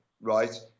right